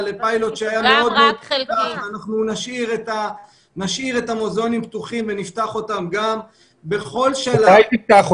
אנחנו נשאיר את המוזיאונים פתוחים ונפתח אותם בכל שלב.